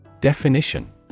Definition